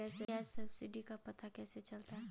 Gas subsidy का पता कैसे चलता है?